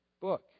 book